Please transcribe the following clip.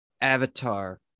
avatar